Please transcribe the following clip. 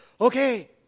okay